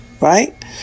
Right